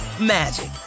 magic